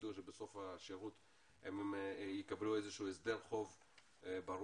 שידעו שבסוף השירות הם יקבלו איזשהו הסדר חוב ברור.